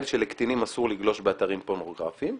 שלקטינים אסור לגלוש באתרים פורנוגרפיים,